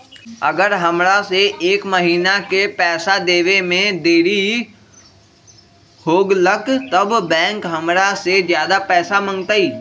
अगर हमरा से एक महीना के पैसा देवे में देरी होगलइ तब बैंक हमरा से ज्यादा पैसा मंगतइ?